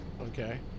Okay